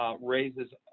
Raises